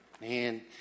Man